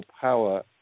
power